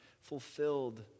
fulfilled